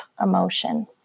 emotion